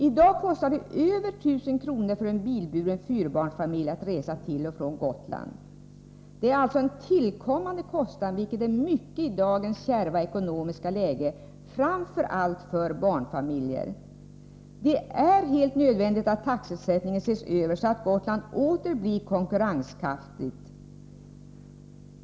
I dag kostar det över 1 000 kr. för en bilburen fyrbarnsfamilj att resa till och från Gotland. Detta är alltså en tillkommande kostnad, vilket är mycket i dagens kärva ekonomiska läge framför allt för barnfamiljer. Det är nödvändigt att taxesättningen ses över så att Gotland åter blir konkurrenskraftigt.